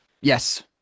yes